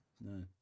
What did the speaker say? No